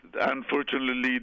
unfortunately